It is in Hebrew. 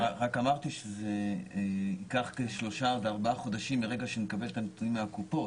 אמרתי שייקחו כשלושה עד ארבעה חודשים מרגע שנקבל את הנתונים מהקופות,